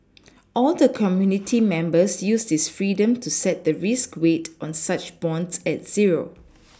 all the committee members use this freedom to set the risk weight on such bonds at zero